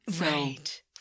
right